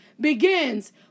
begins